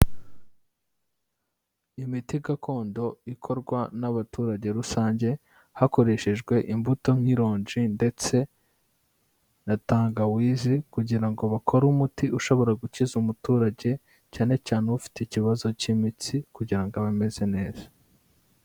Imiti gakondo ikorwa n'abaturage rusange, hakoreshejwe imbuto nk'ironji, ndetse na tangawize, kugira ngo bakore umuti, ushobora gukiza umuturage, cyane cyane ufite ikibazo cy'imitsi kugira ngo abe ameze neza.